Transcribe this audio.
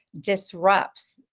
disrupts